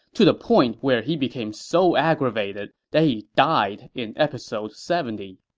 to the point where he became so aggravated that he died in episode seventy.